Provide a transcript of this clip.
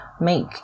make